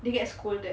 they get scolded